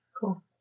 Cool